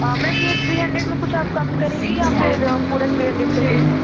ma'am यह three hundred में कुछ आप कम करेंगी या फिर पूरा थ्री हंड्रेड का ही देंगी